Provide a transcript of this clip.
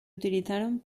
utilizaron